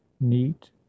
neat